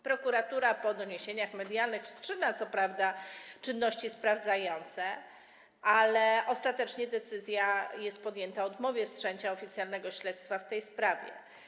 Prokuratura po doniesieniach medialnych wszczyna co prawda czynności sprawdzające, ale ostatecznie podjęta jest decyzja o odmowie wszczęcia oficjalnego śledztwa w tej sprawie.